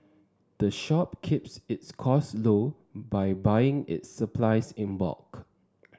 the shop keeps its costs low by buying its supplies in bulk